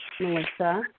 Melissa